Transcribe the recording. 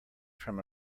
from